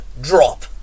drop